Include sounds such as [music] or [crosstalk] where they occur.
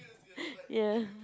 [breath] ya